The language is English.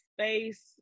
space